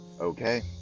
Okay